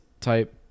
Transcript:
type